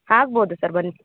ಆಗ್ಬೋದು ಸರ್ ಬನ್ನಿ